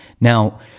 Now